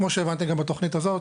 כמו שהבנתי גם בתוכנית הזאת